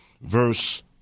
verse